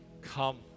Come